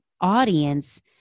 audience